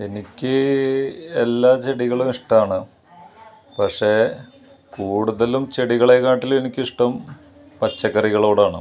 എനിക്ക് എല്ലാ ചെടികളും ഇഷ്ടമാണ് പക്ഷേ കൂടുതലും ചെടികളെ കാട്ടിലും എനിക്കിഷ്ടം പച്ചക്കറികളോടാണ്